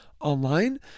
online